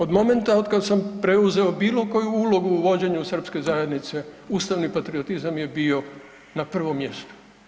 Od momenta od kada sam preuzeo bilo koju ulogu u vođenju Srpske zajednice ustavni patriotizam je bio na prvom mjestu.